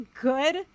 good